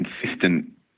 consistent